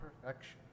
perfection